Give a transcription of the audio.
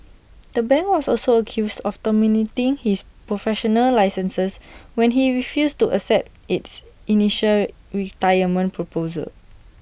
the bank was also accused of terminating his professional licenses when he refused to accept its initial retirement proposal